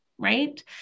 right